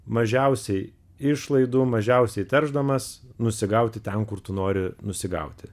mažiausiai išlaidų mažiausiai teršdamas nusigauti ten kur tu nori nusigauti